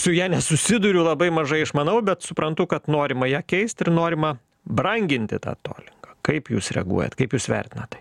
su ja nesusiduriu labai mažai išmanau bet suprantu kad norima ją keist ir norima branginti tą tolingą kaip jūs reaguojat kaip jūs vertinat tai